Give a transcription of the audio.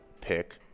Pick